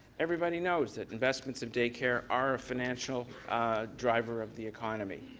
everybody knows that investments of day care are a financial driver of the economy.